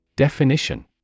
Definition